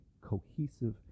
cohesive